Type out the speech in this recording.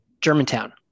Germantown